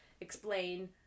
explain